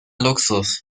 luxus